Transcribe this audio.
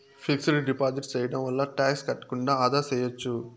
fixed deposit సేయడం వల్ల tax కట్టకుండా ఆదా సేయచ్చు